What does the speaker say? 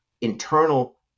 internal